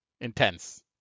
intense